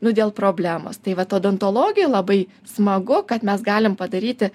nu dėl problemos tai vat odontologijoj labai smagu kad mes galim padaryti